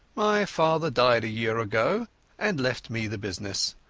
father died a year ago and left me the business.